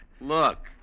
Look